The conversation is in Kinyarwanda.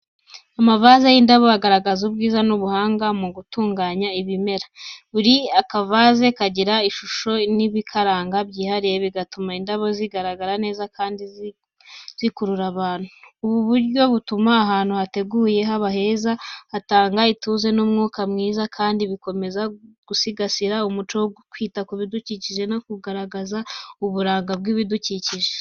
Amavaze y’indabo agaragaza ubwiza n’ubuhanga mu gutunganya ibimera. Buri kavaze kagira ishusho n’ibikaranga byihariye, bigatuma indabo zigaragara neza kandi zikurura abantu. Ubu buryo butuma ahantu yateguwe haba heza, hatanga ituze n’umwuka mwiza kandi bikomeza gusigasira umuco wo kwita ku bidukikije no kugaragaza uburanga bw’ibidukikije.